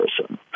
person